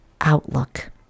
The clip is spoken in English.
outlook